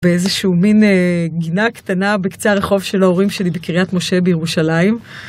באיזשהו מין גינה קטנה בקצה הרחוב של ההורים שלי בקרית משה בירושלים.